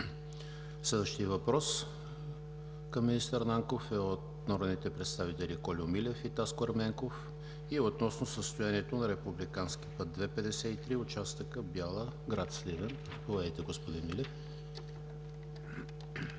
Следващият въпрос към министър Нанков е от народните представители Кольо Милев и Таско Ерменков относно състоянието на републикански път II-53, участъка Бяла – гр. Сливен. Заповядайте, господин Милев.